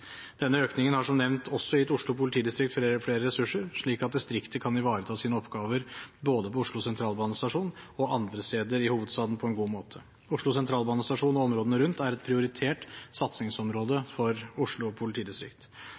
Denne økningen har, som nevnt, også gitt Oslo politidistrikt flere ressurser, slik at distriktet kan ivareta sine oppgaver både på Oslo Sentralstasjon og andre steder i hovedstaden på en god måte. Oslo Sentralstasjon og områdene rundt er et prioritert satsingsområde for Oslo politidistrikt.